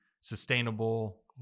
sustainable